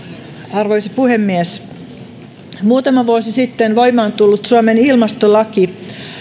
arvoisa puhemies muutama vuosi sitten voimaan tullut suomen ilmastolaki